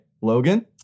Logan